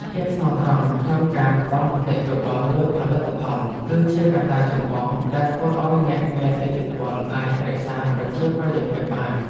ភាពស្មោះត្រង់ក្នុងការផ្ដល់មតិយោបល់លើផលិតផល គឺជាកត្តាចម្បងដែលធ្វើឱ្យអ្នកមានឥទ្ធិពលអាចរក្សាប្រជាប្រិយភាពបាន។